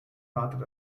wartet